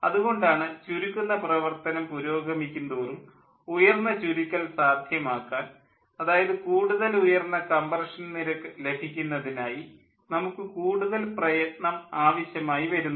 അതു കൊണ്ടാണ് ചുരുക്കുന്ന പ്രവർത്തനം പുരോഗമിക്കുന്തോറും ഉയർന്ന ചുരുക്കൽ സാധ്യമാക്കാൻ അതായത് കൂടുതൽ ഉയർന്ന കംപ്രഷൻ നിരക്ക് ലഭിക്കുന്നതിനായി നമുക്ക് കൂടുതൽ പ്രയത്നം ആവശ്യമായി വരുന്നത്